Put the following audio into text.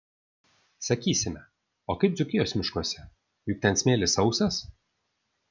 sakysime o kaip dzūkijos miškuose juk ten smėlis sausas